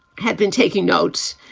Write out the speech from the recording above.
had been taking notes.